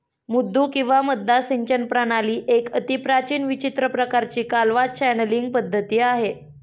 मुद्दू किंवा मद्दा सिंचन प्रणाली एक अतिप्राचीन विचित्र प्रकाराची कालवा चॅनलींग पद्धती आहे